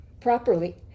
properly